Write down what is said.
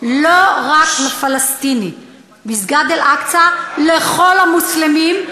לא רק לפלסטינים, מסגד אל-אקצא לכל המוסלמים,